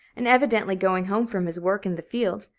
and evidently going home from his work in the fields,